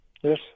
Yes